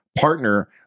Partner